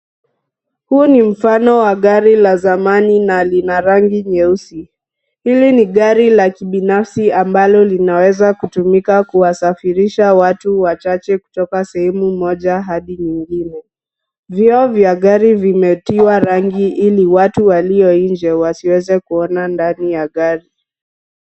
Huu ni mfano wa gari la zamani na lina rangi nyeusi. Hili ni gari la kibinafsi ambalo linaweza kutumika kuwasafirisha watu wachache kutoka sehemu moja hadi nyingine. Vioo vya gari vimetiwa rangi ili watu walio nje wasiweze kuona ndani ya gari.